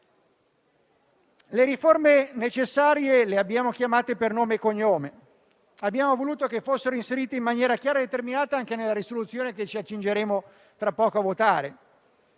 Le riforme necessarie le abbiamo chiamate per nome e cognome e abbiamo voluto che fossero inserite in maniera chiara e determinata anche nella proposta di risoluzione che tra poco ci accingeremo a votare: